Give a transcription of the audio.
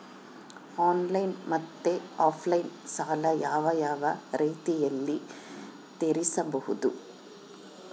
Online ಮತ್ತೆ offline ಸಾಲ ಯಾವ ಯಾವ ರೇತಿನಲ್ಲಿ ತೇರಿಸಬಹುದು?